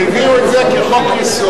והביאו את זה כחוק-יסוד,